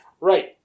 Right